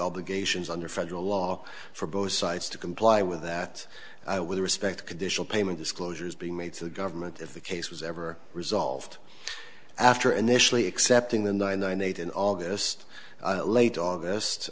obligations under federal law for both sides to comply with that with respect to conditional payment disclosures being made to the government if the case was ever resolved after initially accepting the nine nine eight and all this late august